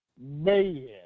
man